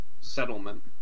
settlement